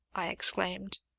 i exclaimed.